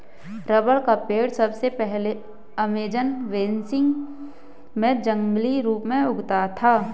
rubber का पेड़ सबसे पहले अमेज़न बेसिन में जंगली रूप से उगता था